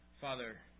Father